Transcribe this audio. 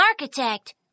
architect